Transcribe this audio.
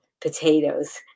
potatoes